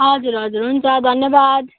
हजुर हजुर हुन्छ धन्यवाद